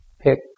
Pick